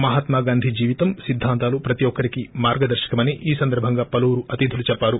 మహాత్మాగాంధీ జీవితం సిద్దాంతాలు ప్రతి ఒక్కరికీ మర్గదర్శకమని ఈ సందర్శంగా పలువురు అతిథులు చెప్పారు